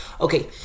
Okay